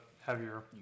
heavier